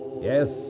Yes